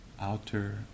outer